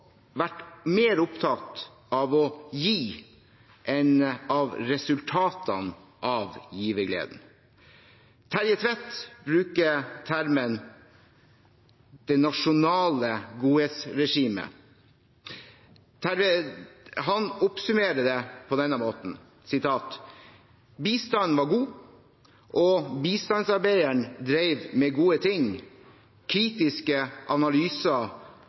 vært mer opptatt av å gi enn av resultatene av givergleden. Terje Tvedt bruker termen «Det nasjonale godhetsregimet». Han oppsummerer det på denne måten: «Bistanden var god og bistandsarbeideren drev med gode ting. Kritiske analyser